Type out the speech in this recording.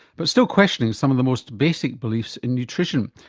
but still questioning some of the most basic beliefs in nutrition,